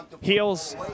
Heels